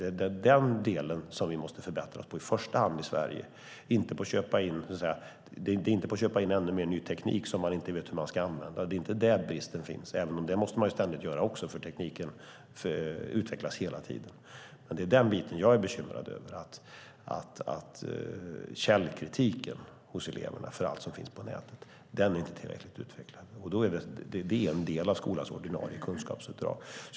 Det är den delen vi i första hand måste förbättra i Sverige, inte att köpa in ännu mer ny teknik som man inte vet hur man ska använda. Det är inte där bristen finns, även om man ständigt måste göra även detta eftersom tekniken utvecklas hela tiden. Det är den biten jag är bekymrad över - att källkritiken hos eleverna inför allt som finns på nätet inte är tillräckligt utvecklad, och det är en del av skolans ordinarie kunskapsuppdrag.